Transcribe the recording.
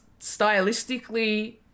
stylistically